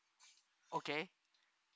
okay